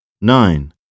Nine